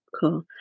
cool